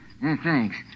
Thanks